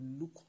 look